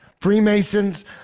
Freemasons